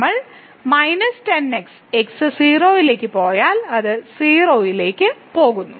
നമ്മൾ minus 10 x x 0 ലേക്ക് പോയാൽ 0 ലേക്ക് പോകുന്നു